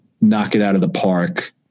knock-it-out-of-the-park